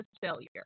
failure